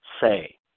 say